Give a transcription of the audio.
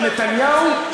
של נתניהו,